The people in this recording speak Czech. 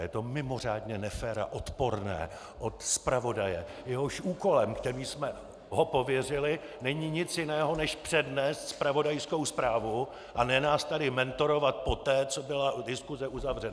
A je to mimořádně nefér a odporné od zpravodaje, jehož úkolem, kterým jsme ho pověřili, není nic jiného, než přednést zpravodajskou zprávu, a ne nás tady mentorovat poté, co byla diskuse uzavřena.